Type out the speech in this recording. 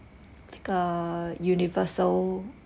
take a universal